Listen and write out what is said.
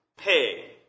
Pay